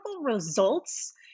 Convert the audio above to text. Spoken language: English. results